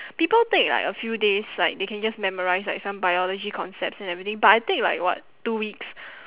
people take like a few days like they can just memorise like some biology concepts and everything but I take like what two weeks